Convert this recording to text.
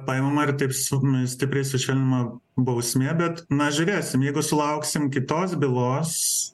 paimama ir taip silpnai stipriai sušvelninama bausmė bet na žiūrėsim jeigu sulauksim kitos bylos